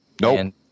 Nope